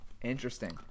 Interesting